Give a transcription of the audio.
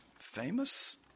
Famous